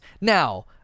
Now